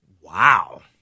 Wow